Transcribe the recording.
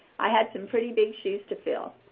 i had some pretty big shoes to fill.